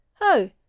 Oh